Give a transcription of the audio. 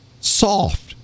Soft